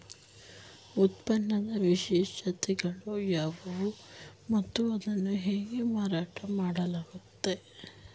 ಉತ್ಪನ್ನದ ವಿಶೇಷತೆಗಳು ಯಾವುವು ಮತ್ತು ಅದನ್ನು ಹೇಗೆ ಮಾರಾಟ ಮಾಡಲಾಗುತ್ತದೆ?